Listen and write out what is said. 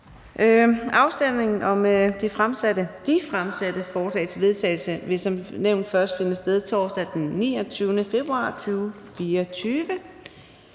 Afstemningen om de fremsatte forslag til vedtagelse vil som nævnt først finde sted torsdag den 29. februar 2024.